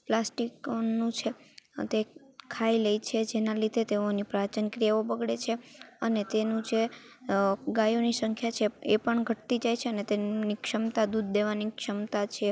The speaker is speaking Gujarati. પ્લાસ્ટિક નું છે તે ખાઈ લે છે જેનાં લીધે તેઓની પાચન ક્રિયાઓ બગડે છે અને તેનું જે ગાયોની સંખ્યા છે એ પણ ઘટતી જાય છે અને તેમ ની ક્ષમતા દૂધ દેવાની ક્ષમતા છે